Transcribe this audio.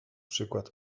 przykład